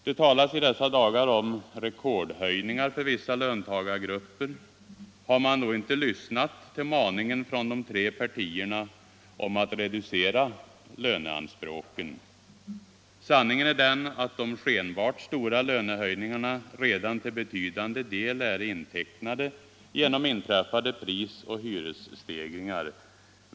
Det talas i dessa dagar om rekordhöjningar för vissa löntagargrupper. Har man då inte lyssnat till maningen från de tre partierna om att reducera löneanspråken? Sanningen är den att de skenbart stora lönehöjningarna redan till betydande del är intecknade genom inträffade pris och hyresstegringar.